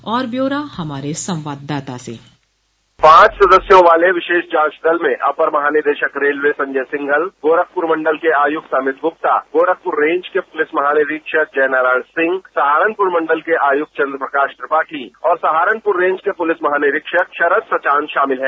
और ब्यौरा हमारे संवाददाता से पांच सदस्यों वाले विशेष जांच दल में अपर महानिदेशक रेलवे संजय सिंघल गोरखपुर मंडल के आयुक्त अमित गुप्ता गोरखपुर रेंज के पुलिस महानिरीक्षक जय नारायण सिंह सहारनपुर मंडल के आयुक्त चंद्र प्रकाश त्रिपाठी और सहारनपुर रेंज के पुलिस महानिरीक्षक शरद प्रशांत शामिल हैं